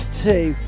two